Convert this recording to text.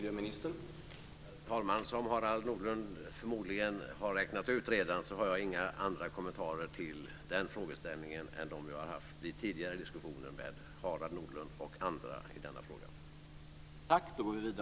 Herr talman! Som Harald Nordlund förmodligen har räknat ut redan har jag inga andra kommentarer till den frågeställningen än de jag har haft i tidigare diskussioner med Harald Nordlund och andra i denna fråga.